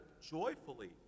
joyfully